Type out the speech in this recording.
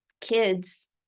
kids